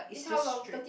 is how long thirty